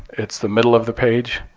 it's the middle of the page,